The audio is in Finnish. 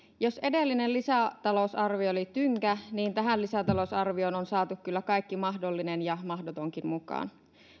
jos edellinen lisätalousarvio oli tynkä niin tähän lisätalousarvioon on saatu kyllä kaikki mahdollinen ja mahdotonkin mukaan